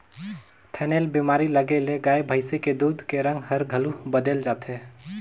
थनैल बेमारी लगे ले गाय भइसी के दूद के रंग हर घलो बदेल जाथे